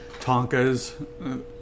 Tonkas